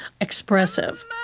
expressive